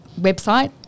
website